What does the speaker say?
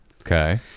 Okay